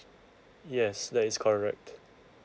yes that is correct